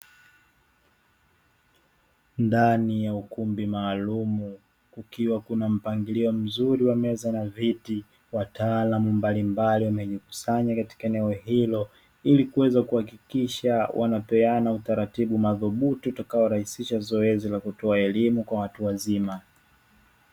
Ndani ya ukumbi maalumu ikiwa kuna mpangilio mzuri wa meza na viti, wataalamu mbalimbali wamejikusanya katika eneo hilo; ili kuweza kuhakikisha wanapeana utaratibu madhubuti utakaorahisisha zoezi la kutoa elimu kwa watu wazima.